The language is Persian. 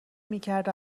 میکرد